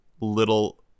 little